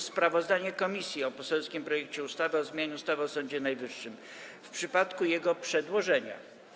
Sprawozdanie komisji o poselskim projekcie ustawy o zmianie ustawy o Sądzie Najwyższym w przypadku jego przedłożenia.